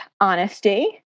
honesty